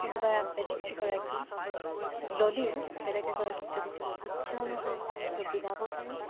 কোনোবা বেলেগ এগৰাকী ল'লেও বেলেগ এগৰাকীক যদি তেওঁ ইচ্ছা অনুসাৰে তেওঁ বিলাব পাৰে